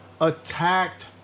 attacked